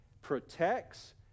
protects